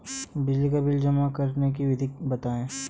बिजली का बिल जमा करने की विधि बताइए?